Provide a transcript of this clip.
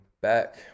back